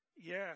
Yes